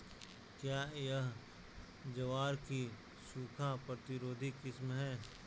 क्या यह ज्वार की सूखा प्रतिरोधी किस्म है?